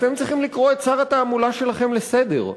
אתם צריכים לקרוא את שר התעמולה שלכם לסדר,